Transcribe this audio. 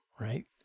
right